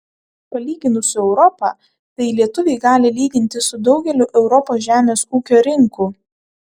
palyginus su europa tai lietuviai gali lygintis su daugeliu europos žemės ūkio rinkų